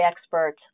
expert